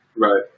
right